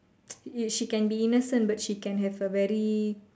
she can be innocent but she can have a very